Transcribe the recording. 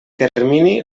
determini